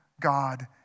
God